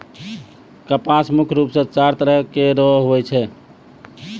कपास मुख्य रूप सें चार तरह केरो होय छै